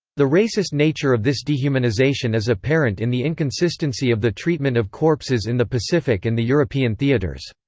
the racist nature of this dehumanization is apparent in the inconsistency of the treatment of corpses in the pacific and the european theaters.